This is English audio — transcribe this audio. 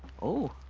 oh!